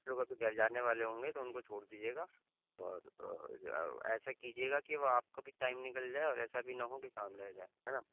کیا جاننے والے ہوں گے تو ان کو چھوڑ دیجیے گا اور ایسا کیجیے گا کہ وہ آپ کا بھی ٹائم نکل جائے اور ایسا بھی نہ ہو کہ کام رہ جائے ہے نا